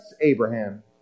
Abraham